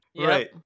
Right